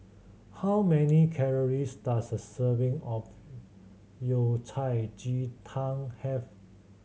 how many calories does a serving of Yao Cai ji tang have